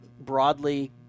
broadly